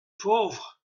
pauvre